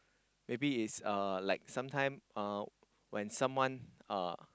maybe it's uh like sometime uh when someone uh